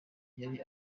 yari